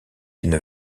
une